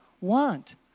Want